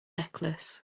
necklace